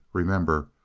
remember,